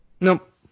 Nope